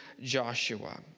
Joshua